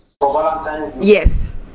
Yes